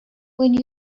when